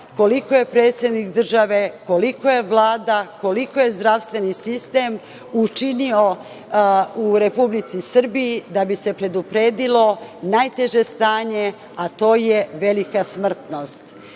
koliko je predsednik države, koliko je Vlada, koliko je zdravstveni sistem učinio u Republici Srbiji da bi se predupredilo najteže stanje, a to je velika smrtnost. Žalosno